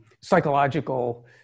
psychological